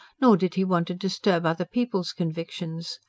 nor did he want to disturb other people's convictions.